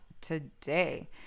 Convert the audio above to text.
today